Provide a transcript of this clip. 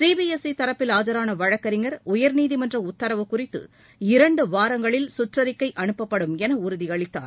C B S E தரப்பில் ஆஜரான வழக்கறிஞர் உயர்நீதிமன்ற உத்தரவு குறித்து இரண்டு வாரங்களில் சுற்றறிக்கை அனுப்பப்படும் என உறுதியளித்தார்